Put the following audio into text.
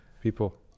people